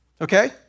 Okay